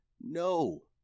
No